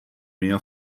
mehr